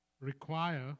require